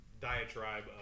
diatribe